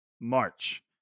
March